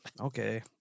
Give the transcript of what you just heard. okay